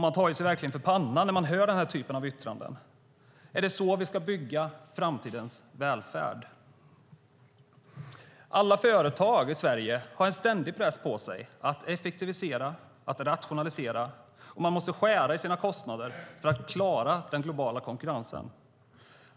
Man tar sig verkligen för pannan när man hör den typen av yttranden. Är det så vi ska bygga framtidens välfärd? Alla företag i Sverige har en ständig press på sig att effektivisera och rationalisera. De måste skära i sina kostnader för att klara den globala konkurrensen.